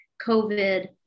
COVID